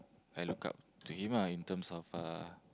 I look up to him ah in terms of uh